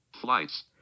Flights